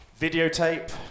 videotape